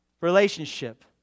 relationship